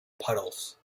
puddles